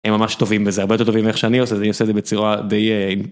הם ממש טובים וזה הרבה יותר טוב מאיך שאני עושה את זה אני עושה את זה בצורה דיי.